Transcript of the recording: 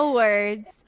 words